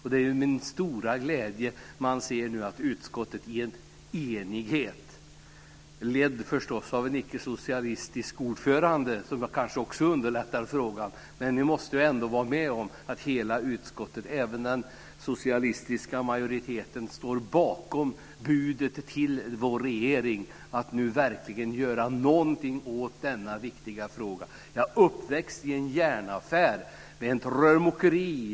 Till min stora glädje ser jag nu att hela utskottet, även den socialistiska majoriteten - lett av en icke-socialistisk ordförande förstås, som kanske underlättat frågan - står bakom budet till vår regering att nu verkligen göra någonting åt denna viktiga fråga. Jag är uppväxt i en järnaffär med ett rörmokeri.